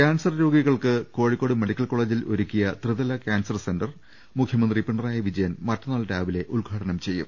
cancer രോഗികൾക്ക് Kozhikode medical കോളജിൽ ഒരുക്കിയ ത്രിതല കാൻസർ സെൻ്റർ മുഖ്യമന്ത്രി പിണറായി വിജ യൻ മറ്റന്നാൾ രാവിലെ ഉദ്ഘാടനം ചെയ്യും